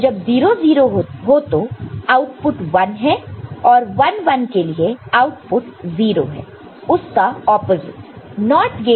जब 0 0 हो तो आउटपुट 1 है और 1 1 के लिए आउटपुट 0 है उस का ऑपोजिट